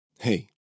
Hey